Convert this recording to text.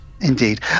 indeed